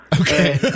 Okay